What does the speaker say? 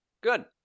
Good